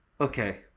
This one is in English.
Okay